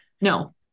No